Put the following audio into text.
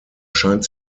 scheint